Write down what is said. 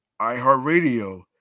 iHeartRadio